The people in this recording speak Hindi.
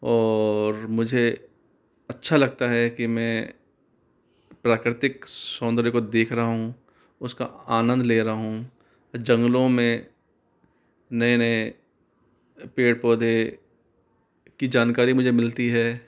और मुझे अच्छा लगता है कि मैं प्राकृतिक सौन्दर्य को देख रहा हूँ उसका आनंद ले रहा हूँ जंगलों में नए नए पेड़ पौधे की जानकारी मुझे मिलती है